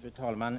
Fru talman!